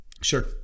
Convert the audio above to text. Sure